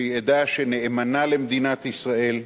שהיא עדה שנאמנה למדינת ישראל,